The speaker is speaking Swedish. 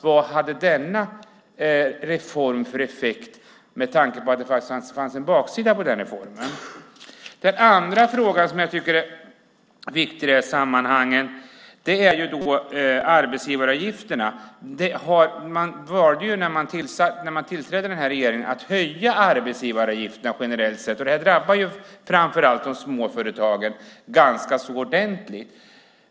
Vad hade då denna reform för effekt med tanke på att det fanns en baksida av reformen? En fråga som jag tycker är viktig i sammanhanget är arbetsgivaravgifterna. När regeringen tillträdde valde man att höja arbetsgivaravgifterna generellt sett, och det har drabbat framför allt de små företagen ganska ordentligt.